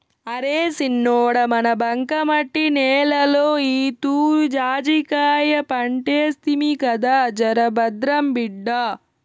అరే సిన్నోడా మన బంకమట్టి నేలలో ఈతూరి జాజికాయ పంటేస్తిమి కదా జరభద్రం బిడ్డా